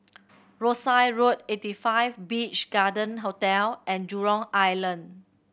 Rosyth Road Eighty Five Beach Garden Hotel and Jurong Island